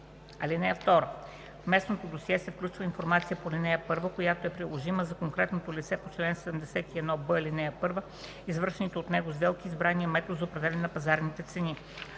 данни. (2) В местното досие се включва информацията по ал. 1, която е приложима за конкретното лице по чл. 71б, ал. 1, извършваните от него сделки и избрания метод за определяне на пазарните цени.